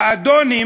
האדונים